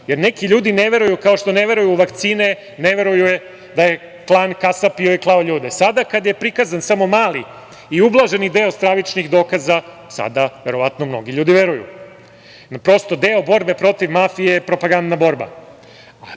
jer neki ljudi ne veruju, kao što ne veruju u vakcine, ne veruju da je klan kasapio i klao ljude. Sada kada je prikazan samo mali i ublaženi deo stravičnih dokaza, sada verovatno mnogi ljudi veruju. Prosto, deo borbe protiv mafije je propagandna borba.